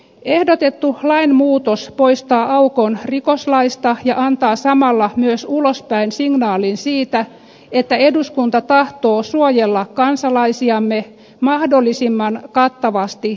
ehdotettu lainmuutos poistaa aukon rikoslaista ja antaa samalla myös ulospäin signaalin siitä että eduskunta tahtoo suojella kansalaisiamme mahdollisimman kattavasti terrorismirikoksilta